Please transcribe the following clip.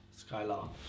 Skylar